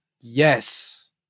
Yes